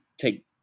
take –